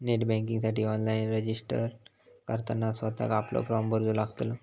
net बँकिंगसाठी online registered करताना स्वतःक आपलो फॉर्म भरूचो लागतलो